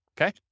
Okay